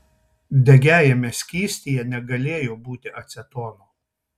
degiajame skystyje negalėjo būti acetono